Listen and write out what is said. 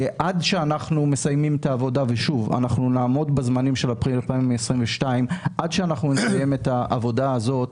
אנחנו נעמוד בזמנים של אפריל 2022. עד שאנחנו נסיים את העבודה הזאת,